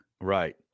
Right